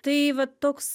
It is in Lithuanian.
tai vat toks